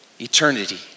Eternity